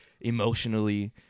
emotionally